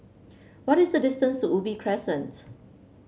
what is the distance to Ubi Crescent